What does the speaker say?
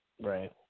Right